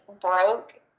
broke